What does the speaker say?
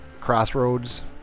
Crossroads